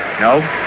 No